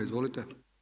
Izvolite.